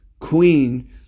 queen